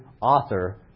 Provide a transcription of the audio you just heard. author